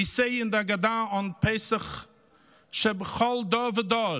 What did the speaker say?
We say in the Haggadah on Pesach: שבכל דור ודור